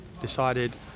decided